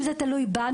אם זה היה תלוי בנו,